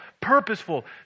purposeful